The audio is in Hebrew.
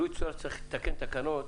כשצריך לתקן תקנות